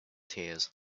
tears